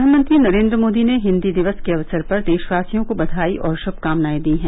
प्रधानमंत्री नरेन्द्र मोदी ने हिन्दी दिवस के अवसर पर देशवासियों को बधाई और शुभकामनाएं दी हैं